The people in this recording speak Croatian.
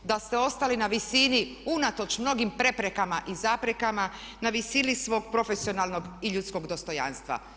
Da ste ostali na visini unatoč mnogim preprekama i zaprekama, na visini svog profesionalnog i ljudskog dostojanstva.